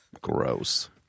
gross